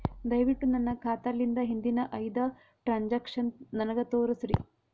ದಯವಿಟ್ಟು ನನ್ನ ಖಾತಾಲಿಂದ ಹಿಂದಿನ ಐದ ಟ್ರಾಂಜಾಕ್ಷನ್ ನನಗ ತೋರಸ್ರಿ